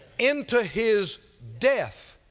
into his death?